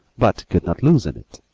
but could not loosen it.